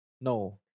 No